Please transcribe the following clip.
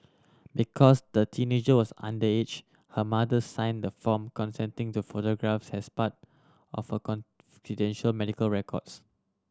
because the teenager was underage her mother sign the form consenting to photographs as part of her confidential medical records